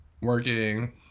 working